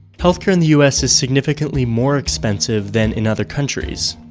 healthcare in the us is significantly more expensive than in other countries.